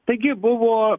taigi buvo